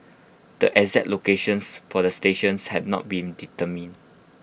the exact locations for the stations have not been determined